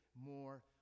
more